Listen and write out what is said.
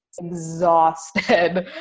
exhausted